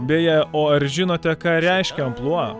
beje o ar žinote ką reiškia amplua